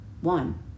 one